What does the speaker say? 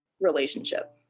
relationship